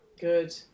good